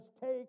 take